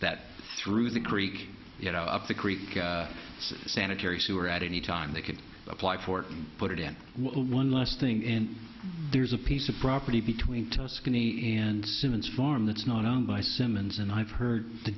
that through the creek get up the creek sanitary sewer at any time they could apply for it and put it in one less thing and there's a piece of property between tuscany and simmons farm that's not owned by simmons and i've heard the